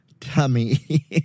tummy